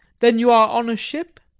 then you are on a ship?